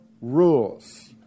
rules